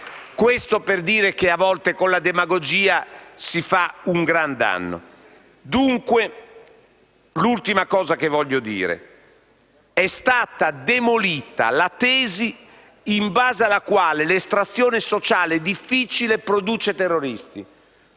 Questo per dire che a volte, con la demagogia, si fa un gran danno. In conclusione, è stata demolita la tesi in base alla quale l'estrazione sociale difficile produce terroristi.